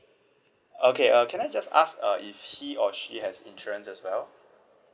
okay uh can I just ask uh if he or she has insurance as well